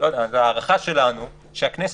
ההערכה שלנו היא שהכנסת,